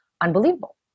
unbelievable